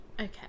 Okay